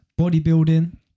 bodybuilding